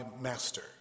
master